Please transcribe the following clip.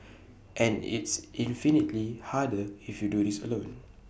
and it's infinitely harder if you do this alone